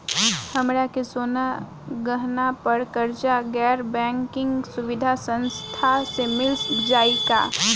हमरा के सोना गहना पर कर्जा गैर बैंकिंग सुविधा संस्था से मिल जाई का?